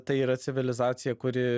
tai yra civilizacija kuri